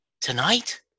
tonight